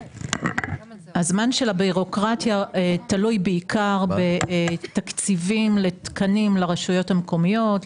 הזמן של הבירוקרטיה תלוי בתקציבים לתקנים לרשויות המקומיות,